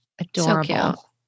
adorable